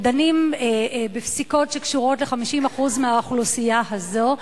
ודנים בפסיקות שקשורות ל-50% מהאוכלוסייה הזאת,